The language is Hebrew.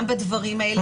גם בדברים האלה.